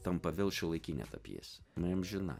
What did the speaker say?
tampa vėl šiuolaikinė ta pjesė jinai amžina